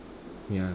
yeah